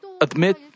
admit